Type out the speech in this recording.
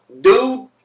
dude